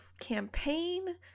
campaign